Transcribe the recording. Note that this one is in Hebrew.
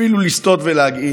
אפילו לסטות ולהגעיל.